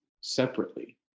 separately